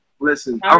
listen